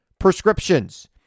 prescriptions